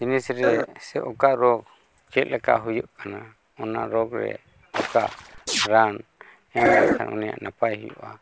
ᱡᱤᱱᱤᱥᱨᱮ ᱥᱮ ᱚᱠᱟ ᱨᱳᱜᱽ ᱪᱮᱫ ᱞᱮᱠᱟ ᱦᱩᱭᱩᱜ ᱠᱟᱱᱟ ᱚᱱᱟ ᱨᱳᱜᱽᱨᱮ ᱚᱠᱟ ᱨᱟᱱ ᱮᱢ ᱞᱮᱠᱷᱟᱱ ᱩᱱᱤᱭᱟᱜ ᱱᱟᱯᱟᱭ ᱦᱩᱭᱩᱜᱼᱟ